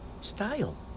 style